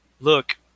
look